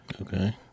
Okay